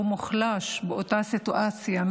הוא מוחלש באותה סיטואציה.